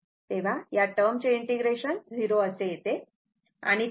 तेव्हा या टर्म चे इंटिग्रेशन 0 असे येते